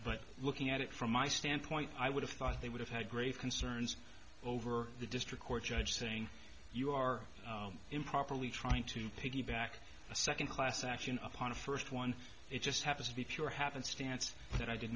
but looking at it from my standpoint i would have thought they would have had great concerns over the district court judge saying you are improperly trying to piggyback a second class action upon a first one it just happens to be pure happenstance that i did